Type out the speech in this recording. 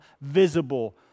visible